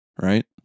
right